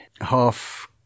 half